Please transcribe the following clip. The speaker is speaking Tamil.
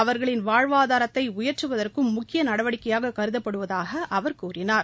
அவர்களின் வாழ்வாதாரத்தை உயர்த்துவதற்கும் முக்கிய நடவடிக்கையாக கருதப்படுவதாக அவர் கூறினார்